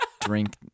drink